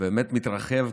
באמת מתרחב,